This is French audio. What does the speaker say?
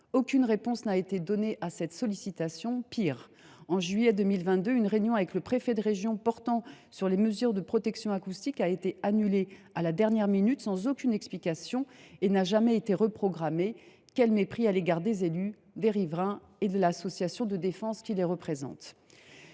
Aucune réponse n’a été apportée à cette sollicitation. Pis, en juillet 2022, une réunion avec le préfet de région portant sur les mesures de protection acoustique a été annulée à la dernière minute sans aucune explication ; elle n’a jamais été reprogrammée. Quel mépris à l’égard des élus, des riverains et de l’association de défense qui les représente